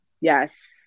yes